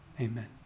Amen